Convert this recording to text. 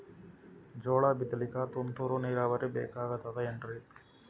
ಜೋಳ ಬಿತಲಿಕ ತುಂತುರ ನೀರಾವರಿ ಬೇಕಾಗತದ ಏನ್ರೀ?